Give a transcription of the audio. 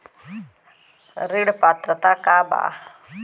ऋण पात्रता का बा?